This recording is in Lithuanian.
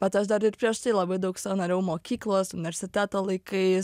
bet aš dar ir prieš tai labai daug savo dariau mokyklos universiteto laikais